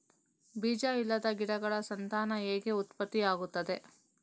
ಬೀಜ ಇಲ್ಲದ ಗಿಡಗಳ ಸಂತಾನ ಹೇಗೆ ಉತ್ಪತ್ತಿ ಆಗುತ್ತದೆ?